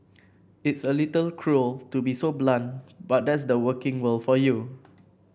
it's a little cruel to be so blunt but that's the working world for you